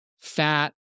fat